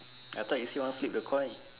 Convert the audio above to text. I thought you said want flip the coin